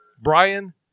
Brian